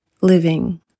living